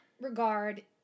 regard